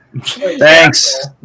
Thanks